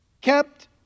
kept